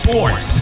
Sports